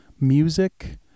music